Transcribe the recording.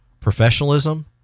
professionalism